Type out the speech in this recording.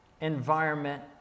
environment